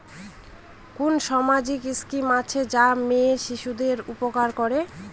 কোন সামাজিক স্কিম আছে যা মেয়ে শিশুদের উপকার করে?